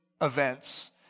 events